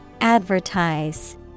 Advertise